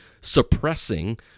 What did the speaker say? suppressing